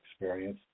experience